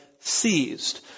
seized